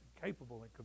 capable